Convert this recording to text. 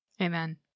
Amen